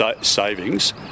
savings